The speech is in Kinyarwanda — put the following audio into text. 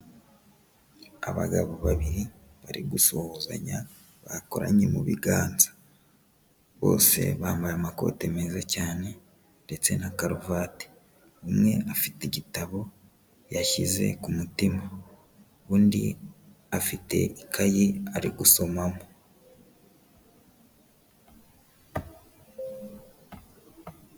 Abagabo babiri bari gusuhuzanya bakoranye mu biganza bose bambaye amakote meza cyane ndetse na karuvati, umwe afite igitabo yashyize ku mutima undi afite ikayi ari gusomamo.